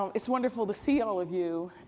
um it's wonderful to see all of you.